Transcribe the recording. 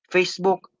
Facebook